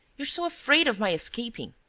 you're so afraid of my escaping!